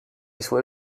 sue